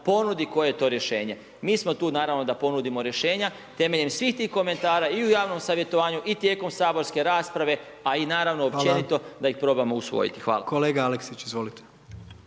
ponudi koji je to rješenje. Mi smo tu naravno da ponudimo rješenja temeljem svih tih komentara i u javnom savjetovanju i tijekom saborske rasprave, a naravno i općenito da ih probamo usvojiti. Hvala. **Jandroković, Gordan